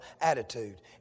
attitude